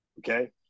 Okay